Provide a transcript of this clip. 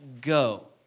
Go